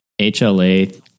HLA